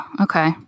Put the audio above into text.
Okay